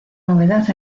novedad